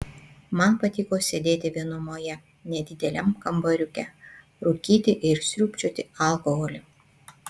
man patiko sėdėti vienumoje nedideliam kambariuke rūkyti ir sriubčioti alkoholį